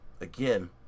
again